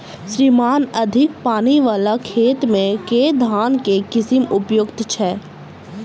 श्रीमान अधिक पानि वला खेत मे केँ धान केँ किसिम उपयुक्त छैय?